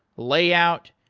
layout,